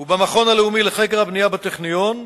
והמכון הלאומי לחקר הבנייה בטכניון,